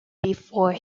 before